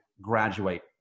graduate